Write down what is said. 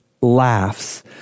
laughs